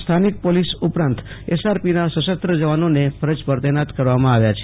સ્થાનિક પોલીસ ઉપરાંત એસઆરપી સશસ્ત્ર જવાનોને ફરજ પર તેનાત કરવામાં આવશે